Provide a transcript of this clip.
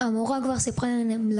א': המורה כבר סיפרה למנהל,